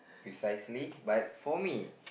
precisely but for me